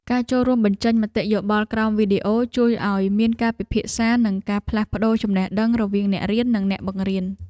ការចូលរួមបញ្ចេញមតិយោបល់ក្រោមវីដេអូជួយឱ្យមានការពិភាក្សា និងការផ្លាស់ប្តូរចំណេះដឹងរវាងអ្នករៀននិងអ្នកបង្រៀន។